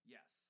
Yes